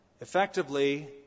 Effectively